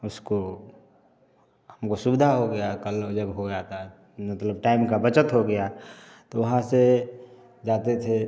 उसको हमको सुविधा हो गया कल जब हो जाता है मतलब टाइम का बचत हो गया तो वहाँ से जाते थे